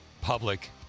Public